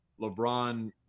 LeBron